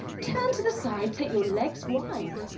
turn to the side, take your legs wide,